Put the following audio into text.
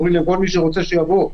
אומרים לכל מי שרוצה שיבוא,